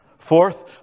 Fourth